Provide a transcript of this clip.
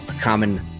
common